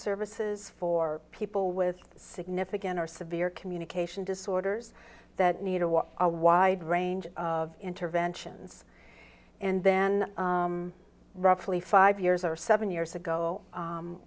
services for people with significant are severe communication disorders that need a what a wide range of interventions and then roughly five years or seven years ago